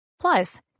Plus